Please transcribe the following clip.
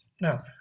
Now